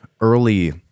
early